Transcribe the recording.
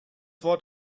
wort